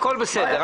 הכול בסדר.